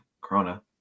corona